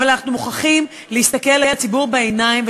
אבל אנחנו מוכרחים להסתכל לציבור בעיניים,